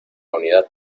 unidad